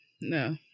no